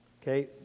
okay